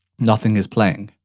nothing is playing.